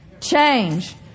change